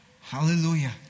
Hallelujah